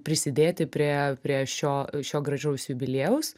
prisidėti prie prie šio šio gražaus jubiliejaus